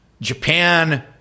Japan